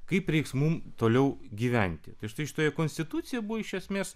kaip reiks mum toliau gyventi tai štai šitoje konstitucijoje buvo iš esmės